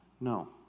No